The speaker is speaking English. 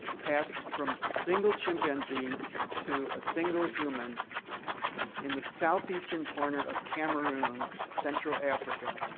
passed from a single chimpanzee to a single human in the southeastern corner of cameroon, central africa,